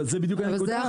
אבל זה בדיוק העניין